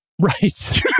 right